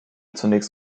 zunächst